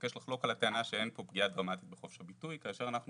מבקש לחלוק על הטענה שאין פה פגיעה דרמטית בחופש הביטוי כאשר אנחנו